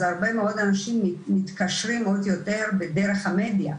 אז הרבה מאוד אנשים מתקשרים עוד יותר דרך המדיה,